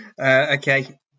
Okay